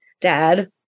dad